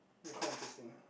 ya quite interesting ah